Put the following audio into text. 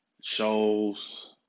shows